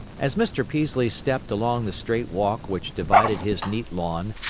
as mr. peaslee stepped along the straight walk which divided his neat lawn,